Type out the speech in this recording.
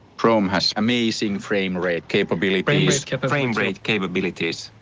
chrome has amazing frame rate capabilities but frame rate capabilities